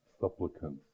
supplicants